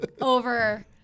over